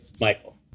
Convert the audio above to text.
Michael